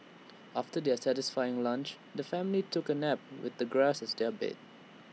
after their satisfying lunch the family took A nap with the grass as their bed